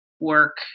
work